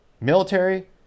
military